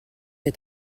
est